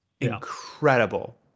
incredible